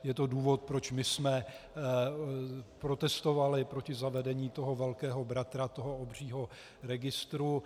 Je to důvod, proč my jsme protestovali proti zavedení toho velkého bratra, toho obřího registru.